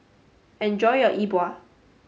enjoy your E Bua